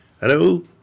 Hello